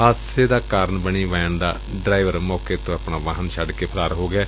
ਹਾਦਸੇ ਦਾ ਕਾਰਨ ਬਣੀ ਵੈਨ ਦਾ ਡਰਾਈਵਰ ਮੌਕੇ ਤੇ ਆਪਣਾ ਵਾਹਨ ਛੱਡ ਕੇ ਫਰਾਰ ਹੋ ਗਿਐ